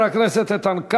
תודה לחבר הכנסת איתן כבל.